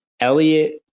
Elliot